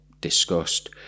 discussed